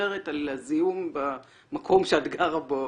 ומדברת על הזיהום במקום שאת גרה בו,